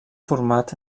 format